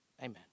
Amen